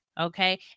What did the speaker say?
Okay